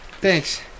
Thanks